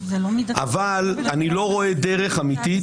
אבל אני לא רואה דרך אמיתית.